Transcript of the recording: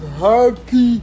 happy